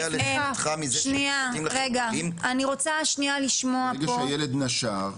ברגע שהילד נשר,